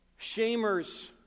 shamers